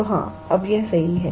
तो हाँ अब यह सही है